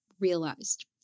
realized